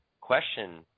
question